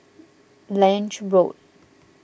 Lange Road